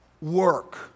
work